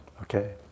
Okay